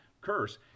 curse